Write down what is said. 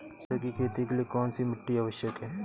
मटर की खेती के लिए कौन सी मिट्टी आवश्यक है?